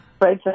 Right